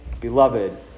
beloved